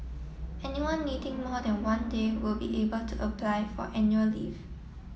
anyone needing more than one day will be able to apply for annual leave